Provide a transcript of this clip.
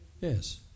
Yes